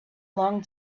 long